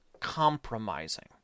compromising